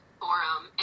forum